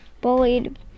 bullied